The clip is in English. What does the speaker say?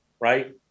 right